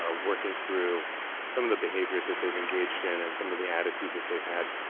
ah working through some of the behaviors that they've engaged in and some of the attitudes that they've had,